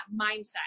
mindset